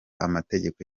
amategeko